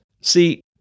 See